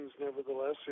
nevertheless